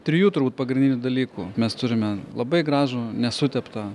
trijų turbūt pagrindinių dalykų mes turime labai gražų nesuteptą